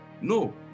No